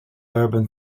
urban